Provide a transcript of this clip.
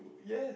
yes